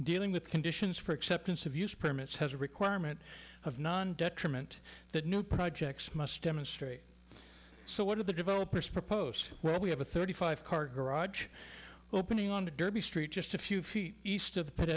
dealing with conditions for acceptance of use permits has a requirement of non detriment that new projects must demonstrate so what do the developers propose we have a thirty five car garage opening on derby street just a few feet east of